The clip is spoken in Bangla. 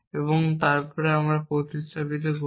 এবং তারপরে আপনি প্রতিস্থাপন করুন